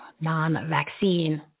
non-vaccine